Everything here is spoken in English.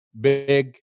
big